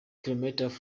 kilometers